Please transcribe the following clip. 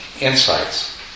insights